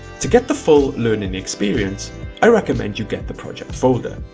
to get the full learning experience i recommend you get the project folder,